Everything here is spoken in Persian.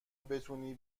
بتونی